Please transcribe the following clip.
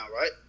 right